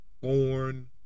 born